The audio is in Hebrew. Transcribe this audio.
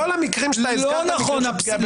כל המקרים שהזכרת הם מקרים של פגיעה בזכויות.